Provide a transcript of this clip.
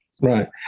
right